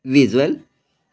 visual